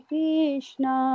Krishna